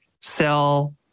sell